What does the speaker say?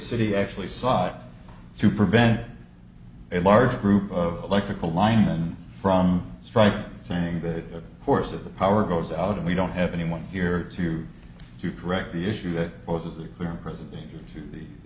city actually sought to prevent a large group of electrical linemen from strike saying that of course of the power goes out and we don't have anyone here to you to correct the issue that poses a clear and present danger to the